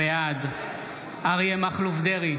בעד אריה מכלוף דרעי,